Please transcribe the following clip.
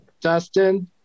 dustin